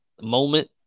moment